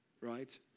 right